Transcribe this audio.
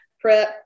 prep